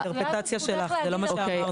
זה אינטרפרטציה שלך, זה לא מה שאמרנו.